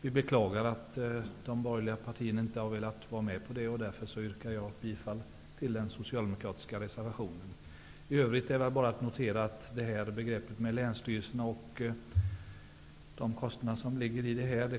Vi beklagar att de borgerliga partierna inte har velat ställa sig bakom detta. Därför yrkar jag bifall till den socialdemokratiska reservationen. I övrigt kan jag bara notera att det kommer att bli en intressant debatt framöver om länsstyrelserna och de kostnader som ligger i detta.